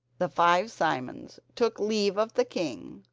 the five simons took leave of the king,